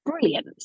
brilliant